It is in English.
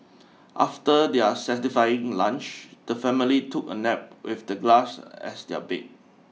after their satisfying lunch the family took a nap with the glass as their bed